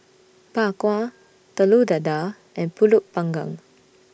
Bak Kwa Telur Dadah and Pulut Panggang